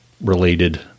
related